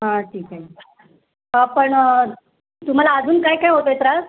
हां ठीक आहे पण तुम्हाला अजून काय काय होतो आहे त्रास